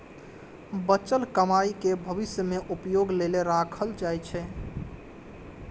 बचल कमाइ कें भविष्य मे उपयोग लेल राखल जाइ छै